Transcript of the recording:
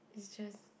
it's just